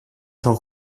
son